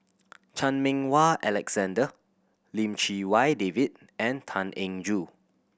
Chan Meng Wah Alexander Lim Chee Wai David and Tan Eng Joo